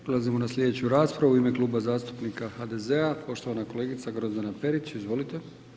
Prelazimo na slijedeću raspravu, u ime Kluba zastupnika HDZ-a poštovana kolegica Grozdana Perić, izvolite.